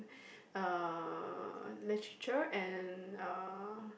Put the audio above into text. uh literature and uh